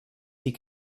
sie